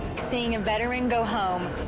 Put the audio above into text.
seeing a veteran go home.